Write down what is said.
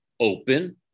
Open